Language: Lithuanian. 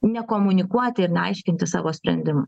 nekomunikuoti ir neaiškinti savo sprendimų